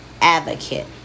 advocate